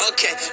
Okay